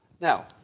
Now